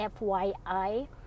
FYI